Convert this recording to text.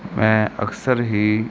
ਮੈਂ ਅਕਸਰ ਹੀ